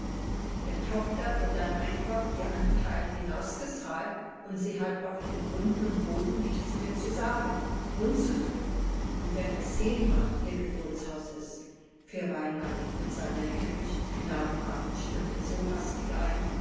der tochter wird dann einfach ihr anteil hinausgezahlt und sie hat auf dem grund und boden nichts mehr zu sagen und zu suchen und wenn es zehnmal ihr geburtshaus ist fiel reinhold mit seiner hämischen knabenhaften stimme so hastig ein